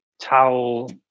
towel